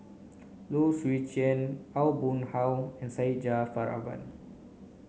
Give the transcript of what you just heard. Low Swee Chen Aw Boon Haw and Syed Jaafar Albar